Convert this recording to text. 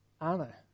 Anna